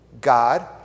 God